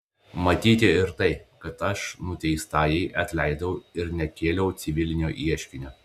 matyti ir tai kad aš nuteistajai atleidau ir nekėliau civilinio ieškinio